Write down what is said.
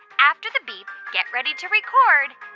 after the beep, get ready to record